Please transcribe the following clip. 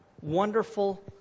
wonderful